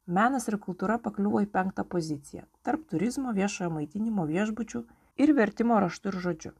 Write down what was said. menas ir kultūra pakliuvo į penktą poziciją tarp turizmo viešojo maitinimo viešbučių ir vertimo raštu ir žodžiu